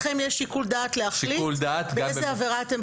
שם לכם יש שיקול דעת להחליט באיזו עבירה אתם